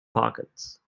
pockets